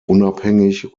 unabhängig